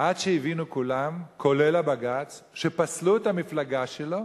עד שהבינו כולם, כולל הבג"ץ שפסלו את המפלגה שלו,